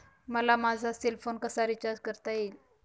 मला माझा cell phone कसा रिचार्ज करता येईल?